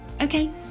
Okay